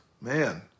man